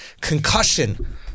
concussion